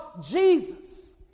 Jesus